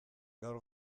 gaur